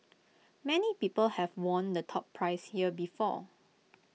many people have won the top prize here before